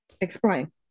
Explain